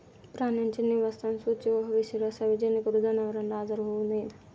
प्राण्यांचे निवासस्थान स्वच्छ व हवेशीर असावे जेणेकरून जनावरांना आजार होऊ नयेत